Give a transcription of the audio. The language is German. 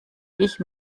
ich